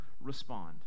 respond